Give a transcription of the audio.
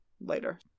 later